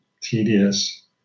tedious